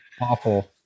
Awful